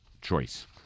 choice